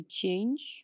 change